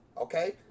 Okay